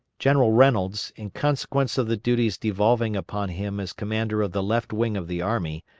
general reynolds, in consequence of the duties devolving upon him as commander of the left wing of the army,